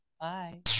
Bye